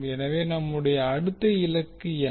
எனவே நம்முடைய அடுத்த இலக்கு என்ன